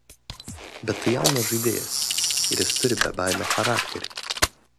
bet tai jaunas žaidėjas ir jis turi bebaimio charakterį